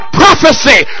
prophecy